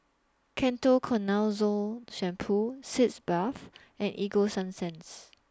Ketoconazole Shampoo Sitz Bath and Ego Sunsense